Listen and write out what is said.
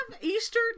Easter